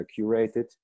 curated